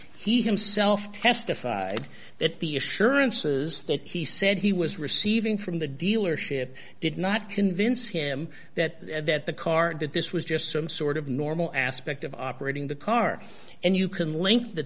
he himself testified that the assurances that he said he was receiving from the dealership did not convince him that that the car that this was just some sort of normal aspect of operating the car and you can link the